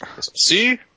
see